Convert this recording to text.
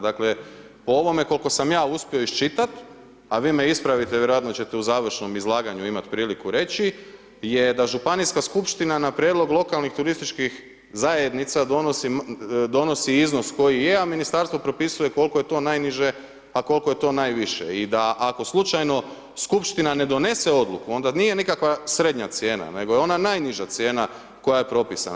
Dakle, po ovome kolko sam ja uspio iščitat, a vi me ispravite vjerojatno ćete u završnom izlaganju imat priliku reći, je da županijska skupština na prijedlog lokalnih turističkih zajednica donosi iznos koji je a ministarstvo propisuje kolko je to najniže, a kolko je to najviše i da ako slučajno skupština ne donese odluku onda nije nikakva srednja cijena, nego je ona najniža cijena koja je propisana.